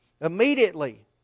immediately